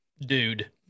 dude